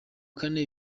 kane